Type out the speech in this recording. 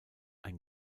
ein